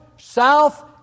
South